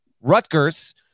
Rutgers